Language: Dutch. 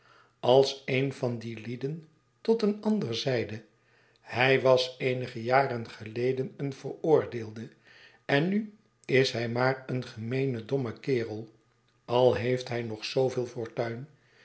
als een van die lieden tot een ander zeide hij was eenige jaren geleden een veroordeelde en nu is hij maar een gemeene domme kerel al heeft hij nog zooveel fortuin